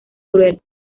cruel